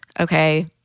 okay